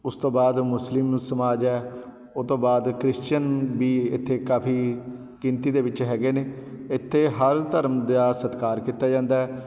ਉਸ ਤੋਂ ਬਾਅਦ ਮੁਸਲਿਮ ਸਮਾਜ ਹੈ ਉਹ ਤੋਂ ਬਾਅਦ ਕਰਿਸ਼ਚਨ ਵੀ ਇੱਥੇ ਕਾਫ਼ੀ ਗਿਣਤੀ ਦੇ ਵਿੱਚ ਹੈਗੇ ਨੇ ਇੱਥੇ ਹਰ ਧਰਮ ਦਾ ਸਤਿਕਾਰ ਕੀਤਾ ਜਾਂਦਾ ਹੈ